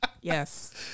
yes